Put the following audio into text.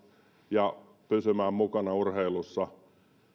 ja pysymään mukana urheilussa